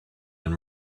and